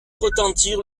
retentir